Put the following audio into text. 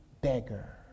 beggar